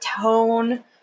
tone